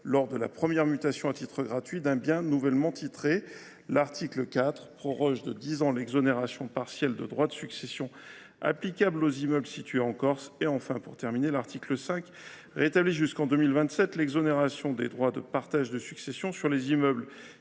lors de la première mutation à titre gratuit d’un bien nouvellement titré ; l’article 4 proroge de dix ans l’exonération partielle de droits de succession applicable aux immeubles situés en Corse ; enfin, l’article 5 rétablit, jusqu’en 2027, l’exonération des droits de partage de succession sur les immeubles